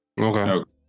Okay